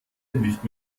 nicht